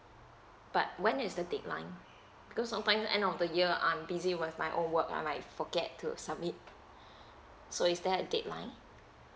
but when is the date line because sometimes end of the year I'm busy with my own work I might forget to submit so is there a date line